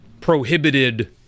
prohibited